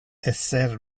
esser